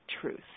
truth